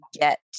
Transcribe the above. get